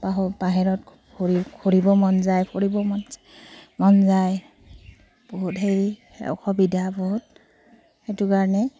বাহিৰত ঘূৰিব ফুৰিব মন যায় ফুৰিবৰ মন মন যায় বহুত সেই অসুবিধা বহুত সেইটো কাৰণে